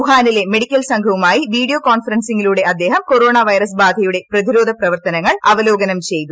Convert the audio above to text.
വുഹാനിലെ medical സംഘവുമായി video കോൺഫറൻസിംഗിലൂടെ അദ്ദേഹം കൊറോണ വൈറസ് ബാധയുടെ പ്രതിരോധ പ്രവർത്തനങ്ങൾ അവലോകനം ചെയ്തു